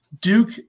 Duke